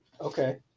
Okay